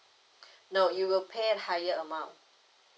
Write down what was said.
no you will pay higher amount